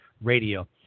Radio